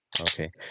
Okay